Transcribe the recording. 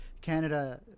canada